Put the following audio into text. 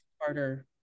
harder